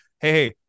hey